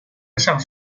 上述